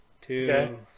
Two